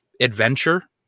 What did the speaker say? adventure